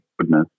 goodness